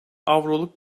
avroluk